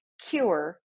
Cure